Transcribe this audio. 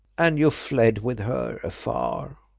and you fled with her afar.